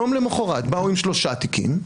יום למוחרת באו עם שלושה תיקים.